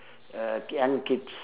uh k~ young kids